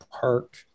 park